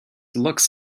looks